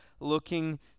looking